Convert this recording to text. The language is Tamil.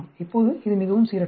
இப்போது இது மிகவும் சீரற்றது